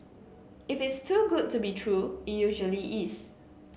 if it's too good to be true it usually is